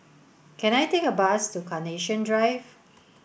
can I take a bus to Carnation Drive